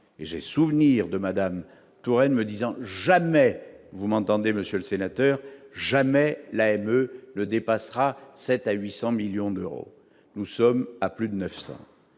et j'ai souvenir de Madame Touraine, me disant jamais, vous m'entendez, monsieur le sénateur, jamais la haine le dépassera 7 à 800 millions d'euros, nous sommes à plus de 900